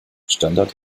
standard